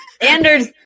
anders